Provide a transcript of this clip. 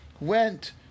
went